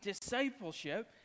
Discipleship